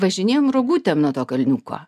važinėjom rogutėm nuo to kalniuko